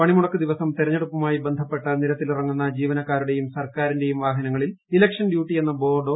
പണിമുടക്ക് ദിവസം തിരഞ്ഞെടുപ്പുമായി ബന്ധപ്പെട്ട് നിരത്തിലിറങ്ങുന്ന ജീവനക്കാരുടെയും സർക്കാരിന്റെയും വാഹനങ്ങളിൽ ഇലക്ഷൻ ഡ്യൂട്ടി എന്ന ബോർഡോ സ്തിപ്പോ പതിപ്പിക്കണം